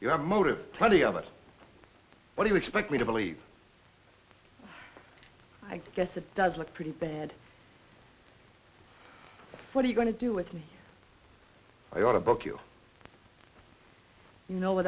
a motive plenty of it what do you expect me to believe i guess it does look pretty bad what are you going to do with me i want a book you know what